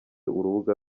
urubuga